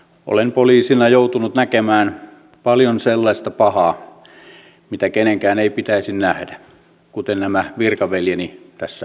olen poliisina joutunut näkemään paljon sellaista pahaa mitä kenenkään ei pitäisi nähdä kuten nämä virkaveljeni tässä salissa